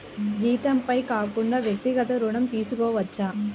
జీతంపై కాకుండా వ్యక్తిగత ఋణం తీసుకోవచ్చా?